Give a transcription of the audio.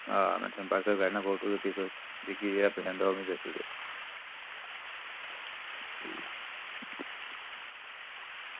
आं में सैंड करना फोटो ते दिक्खियै पसंद करी दस्सी ओड़ेओ